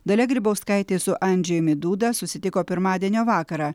dalia grybauskaitė su andžejumi duda susitiko pirmadienio vakarą